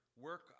work